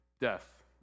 death